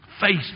faith